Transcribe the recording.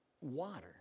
water